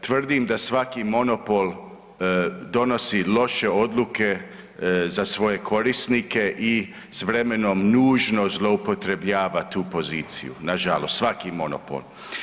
Tvrdim da svaki monopol donosi loše odluke za svoje korisnike i s vremenom nužno zloupotrebljava tu poziciju, nažalost svaki monopol.